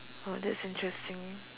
oh that's interesting